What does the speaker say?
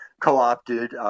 co-opted